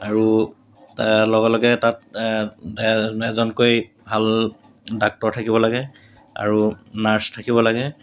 আৰু লগে লগে তাত এজন এজনকৈ ভাল ডাক্টৰ থাকিব লাগে আৰু নাৰ্ছ থাকিব লাগে